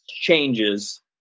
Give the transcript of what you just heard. changes